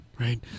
right